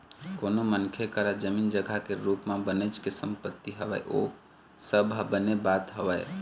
कोनो मनखे करा जमीन जघा के रुप म बनेच के संपत्ति हवय ओ सब ह बने बात हवय